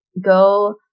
go